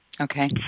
Okay